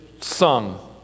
sung